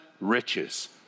riches